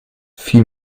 viel